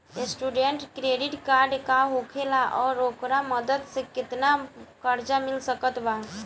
Student credit card का होखेला और ओकरा मदद से केतना कर्जा मिल सकत बा?